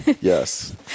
Yes